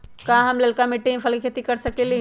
का हम लालका मिट्टी में फल के खेती कर सकेली?